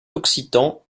occitan